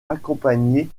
accompagner